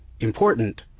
important